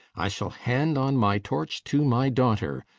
i shall hand on my torch to my daughter.